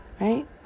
right